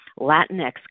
Latinx